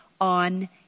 on